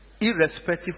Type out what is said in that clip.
irrespective